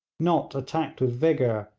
nott attacked with vigour,